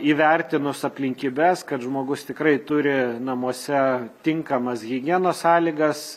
įvertinus aplinkybes kad žmogus tikrai turi namuose tinkamas higienos sąlygas